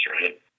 right